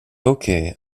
okay